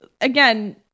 again